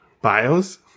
bios